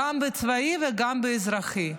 גם בצבאי וגם באזרחי.